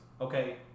Okay